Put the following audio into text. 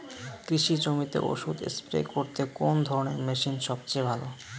কৃষি জমিতে ওষুধ স্প্রে করতে কোন ধরণের মেশিন সবচেয়ে ভালো?